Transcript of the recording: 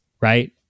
right